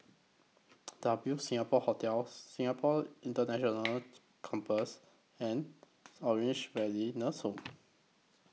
W Singapore Hotel Singapore International Campus and Orange Valley Nursing Home